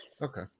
Okay